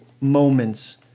moments